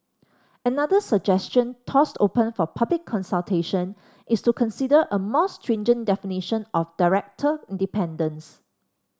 another suggestion tossed open for public consultation is to consider a more stringent definition of director independence